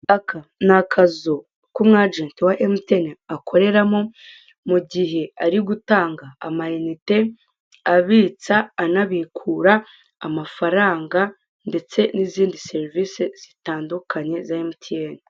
Aka ni akazu kumu agenti wa emutiyeni akoreramo mugihe ari gutanga ama inite abitsa anabikura amafaranga ndetse n'izindi serivise zitandukanye za emutiyeni.